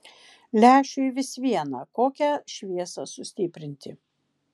lęšiui vis viena kokią šviesą sustiprinti